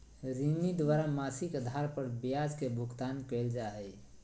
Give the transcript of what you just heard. ऋणी द्वारा मासिक आधार पर ब्याज के भुगतान कइल जा हइ